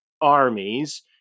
armies